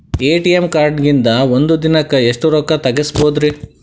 ATM ಕಾರ್ಡ್ನ್ಯಾಗಿನ್ದ್ ಒಂದ್ ದಿನಕ್ಕ್ ಎಷ್ಟ ರೊಕ್ಕಾ ತೆಗಸ್ಬೋದ್ರಿ?